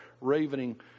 ravening